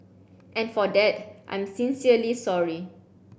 and for that I'm sincerely sorry